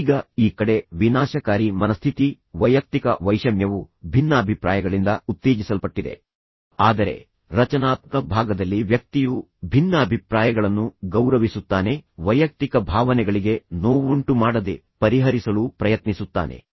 ಈಗ ಈ ಕಡೆಃ ವಿನಾಶಕಾರಿ ಮನಸ್ಥಿತಿ ವೈಯಕ್ತಿಕ ವೈಷಮ್ಯವು ಭಿನ್ನಾಭಿಪ್ರಾಯಗಳಿಂದ ಉತ್ತೇಜಿಸಲ್ಪಟ್ಟಿದೆ ಆದರೆ ರಚನಾತ್ಮಕ ಭಾಗದಲ್ಲಿ ವ್ಯಕ್ತಿಯು ಭಿನ್ನಾಭಿಪ್ರಾಯಗಳನ್ನು ಗೌರವಿಸುತ್ತಾನೆ ವೈಯಕ್ತಿಕ ಭಾವನೆಗಳಿಗೆ ನೋವುಂಟು ಮಾಡದೆ ಪರಿಹರಿಸಲು ಪ್ರಯತ್ನಿಸುತ್ತಾನೆ